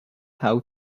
how